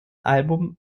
album